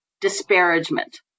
disparagement